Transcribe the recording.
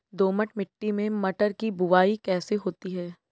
दोमट मिट्टी में मटर की बुवाई कैसे होती है?